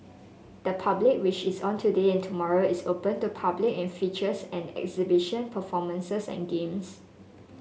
the public which is on today and tomorrow is open to public and features an exhibition performances and games